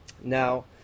Now